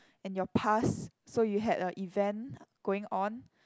and your past so you had a event going on